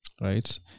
Right